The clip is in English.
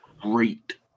great